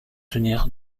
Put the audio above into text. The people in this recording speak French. tenir